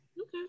okay